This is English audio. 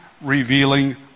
revealing